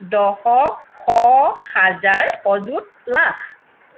দশক শ হাজাৰ অযুত লাখ